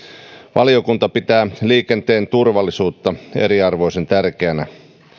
valiokunta pitää liikenteen turvallisuutta ensiarvoisen tärkeänä